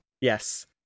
Yes